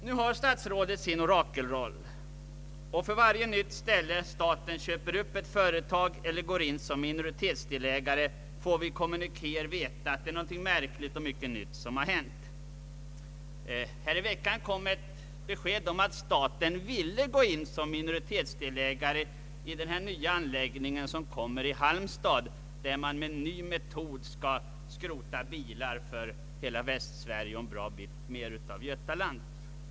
Nu har statsrådet sin orakelroll, och för varje nytt tillfälle då staten köper upp ett företag eller går in som minoritetsdelägare får vi i kommunikéer veta att det är något märkligt och nytt som hänt. Häromveckan kom besked om att staten ville gå in som minoritetsdelägare i en ny anläggning, som skall uppföras i Halmstad och där man genom en ny metod skall skrota bilar från hela Västsverige och en god del av övriga Götaland.